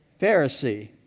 Pharisee